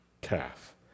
calf